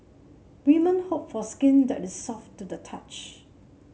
women hope for skin that is soft to the touch